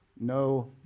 no